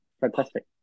fantastic